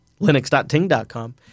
Linux.ting.com